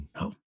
no